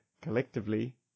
collectively